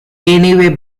anyway